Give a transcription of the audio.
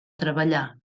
treballar